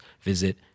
visit